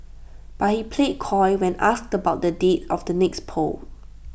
but he played coy when asked about the date of the next polls